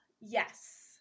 yes